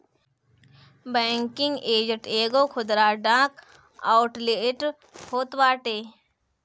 banking agent एगो खुदरा डाक आउटलेट होत बाटे